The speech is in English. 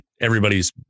everybody's